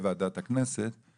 המדינה חייבה בחוק,